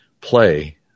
play